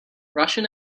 russian